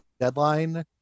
deadline